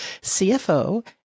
CFO